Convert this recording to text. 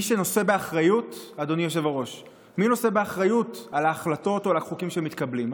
מי נושא באחריות על ההחלטות או על החוקים שמתקבלים?